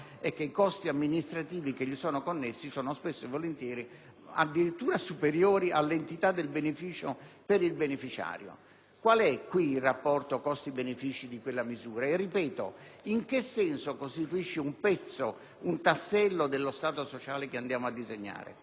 è che i costi amministrativi che vi sono connessi sono, spesso e volentieri, addirittura superiori all'entità del beneficio per il beneficiario. Qual è qui il rapporto costi-costi benefici di quella misura? E - ripeto - in che senso costituisce un tassello dello Stato sociale che andiamo a disegnare?